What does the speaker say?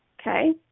okay